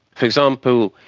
for example,